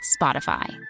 Spotify